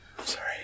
Sorry